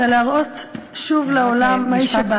ולהראות שוב לעולם מהי שבת.